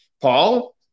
Paul